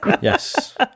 Yes